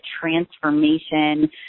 transformation